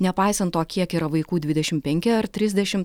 nepaisant to kiek yra vaikų dvidešimt penki ar trisdešimt